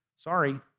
Sorry